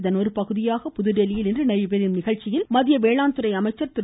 இதன் ஒருபகுதியாக புதுதில்லியில் இன்று நடைபெறும் நிகழ்ச்சியில் மத்திய வேளாண்துறை அமைச்சர் திரு